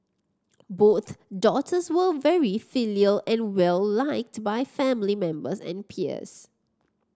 both daughters were very filial and well liked to by family members and peers